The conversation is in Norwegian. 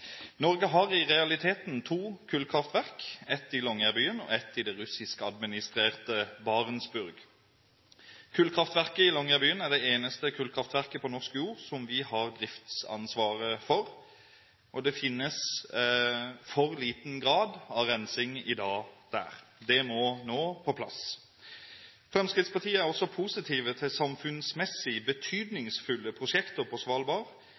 Norge har i realiteten to kullkraftverk, ett i Longyearbyen og ett i det russiskadministrerte Barentsburg. Kullkraftverket i Longyearbyen er det eneste kullkraftverket på norsk jord som vi har driftsansvaret for, og det finnes i dag for liten grad av rensing der. Det må nå på plass. Fremskrittspartiet er også positiv til samfunnsmessig betydningsfulle prosjekter på Svalbard